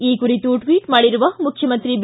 ಈ ಕುರಿತು ಟ್ವಿಟ್ ಮಾಡಿರುವ ಮುಖ್ಯಮಂತ್ರಿ ಬಿ